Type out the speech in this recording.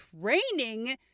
training